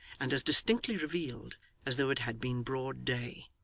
and as distinctly revealed as though it had been broad day.